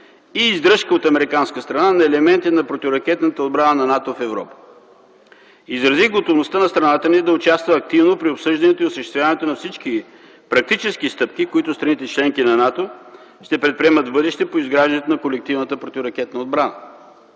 и издръжка от американска страна на елементи от противоракетната отбрана на НАТО в Европа. Изразих готовността на страната ни да участва активно при обсъждането и осъществяването на всички практически стъпки, които страните – членки на НАТО, ще предприемат в бъдеще по изграждането на колективната отбрана.